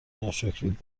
ناشکرید